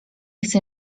chce